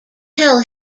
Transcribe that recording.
tell